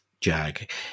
jag